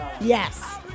yes